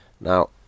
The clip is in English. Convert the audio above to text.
Now